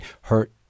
hurt